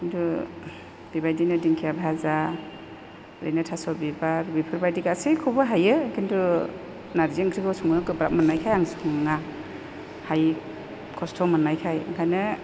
खिन्थु बेबायदिनो दिंखिया भाजा बिदिनो थास' बिबार बेफोरबायदि गासैखौबो हायो खिन्थु नारजि ओंख्रिखौ संनो गोब्राब मोननायखाय आं सङा हायि खस्थ' मोननायखाय ओंखायनो